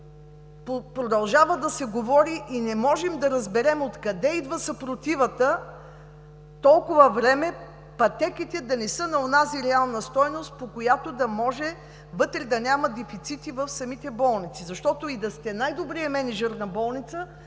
Продължава да се говори и не можем да разберем откъде идва съпротивата толкова време пътеките да не са на онези реална стойност, по която да може вътре да няма дефицити в самите болници. И най-добрият мениджър на болница